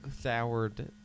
soured